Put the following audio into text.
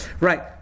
Right